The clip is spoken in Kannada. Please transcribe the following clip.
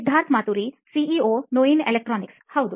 ಸಿದ್ಧಾರ್ಥ್ ಮಾತುರಿ ಸಿಇಒ ನೋಯಿನ್ ಎಲೆಕ್ಟ್ರಾನಿಕ್ಸ್ ಹೌದು